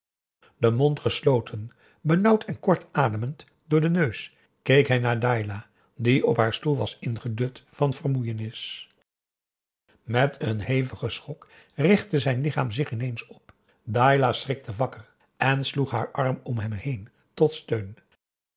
den mond gesloten benauwd en kort ademend door den neus keek hij naar dailah die op haar stoel was ingedut van vermoeienis met een hevigen schok richtte zijn lichaam zich ineens op dailah schrikte wakker en sloeg haar arm om hem heen tot steun